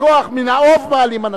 בכוח מן האוב מעלים אנשים.